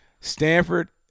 Stanford